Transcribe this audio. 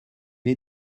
est